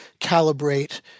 calibrate